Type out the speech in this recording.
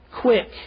quick